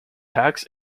tax